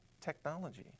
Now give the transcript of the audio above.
technology